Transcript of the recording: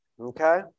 Okay